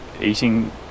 eating